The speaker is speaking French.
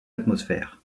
l’atmosphère